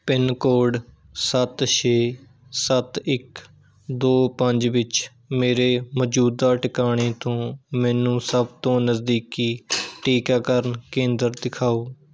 pin code ਸੱਤ ਛੇ ਸੱਤ ਇੱਕ ਦੋ ਪੰਜ ਵਿੱਚ ਮੇਰੇ ਮੌਜੂਦਾ ਟਿਕਾਣੇ ਤੋਂ ਮੈਨੂੰ ਸਭ ਤੋਂ ਨਜ਼ਦੀਕੀ ਟੀਕਾਕਰਨ ਕੇਂਦਰ ਦਿਖਾਓ